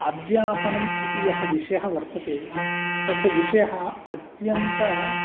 अध्यापनम् इति यः विषयः वर्तते स च विषयः अत्यन्त